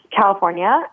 California